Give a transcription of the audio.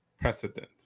precedent